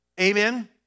Amen